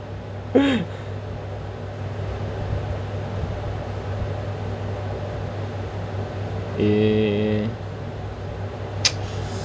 eh